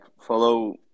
follow